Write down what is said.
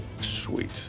Sweet